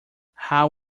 how